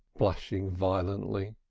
blushing violently,